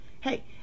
Hey